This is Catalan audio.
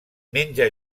menja